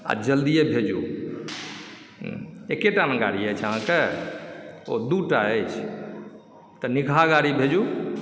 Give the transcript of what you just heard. आ जल्दीए भेजू एके टा ने गाड़ी अछि अहाँके ओ दू टा अछि तऽ निकहा गाड़ी भेजू